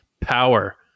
power